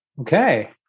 Okay